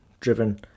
Driven